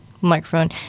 microphone